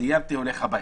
סיימתי, הולך הביתה.